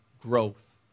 growth